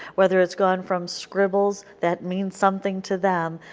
whether it has gone from scribbles that means something to them,